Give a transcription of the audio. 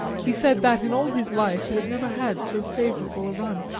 he said that in all his life he had never had so favourable a run.